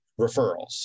referrals